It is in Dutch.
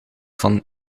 van